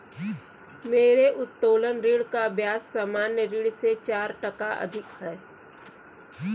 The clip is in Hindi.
मेरे उत्तोलन ऋण का ब्याज सामान्य ऋण से चार टका अधिक है